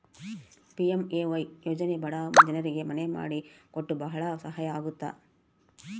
PMAY ಯೋಜನೆ ಬಡ ಜನ್ರಿಗೆ ಮನೆ ಮಾಡಿ ಕೊಟ್ಟು ಭಾಳ ಸಹಾಯ ಆಗುತ್ತ